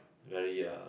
very uh